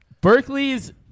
Berkeley's